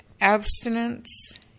abstinence